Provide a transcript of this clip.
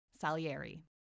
Salieri